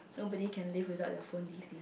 nobody can live without their phone these days